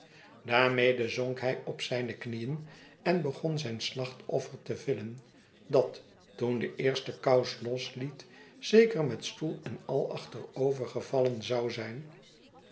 daarmede zonk hij op zijne knieen en begon zijn slachtoffer te villen dat toen de eerste kous losliet zeker met stoel en al achterovergevallen zou zijn